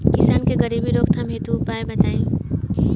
किसान के गरीबी रोकथाम हेतु कुछ उपाय बताई?